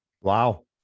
Wow